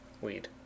weed